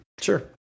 Sure